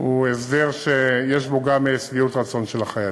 הוא הסדר שיש לגביו גם שביעות רצון של החיילים.